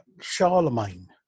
Charlemagne